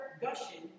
gushing